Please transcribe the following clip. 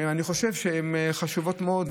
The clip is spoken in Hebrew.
אני חושב שהם חשובים מאוד,